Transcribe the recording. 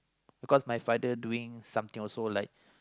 because my father doing something also like